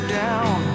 down